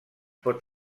pot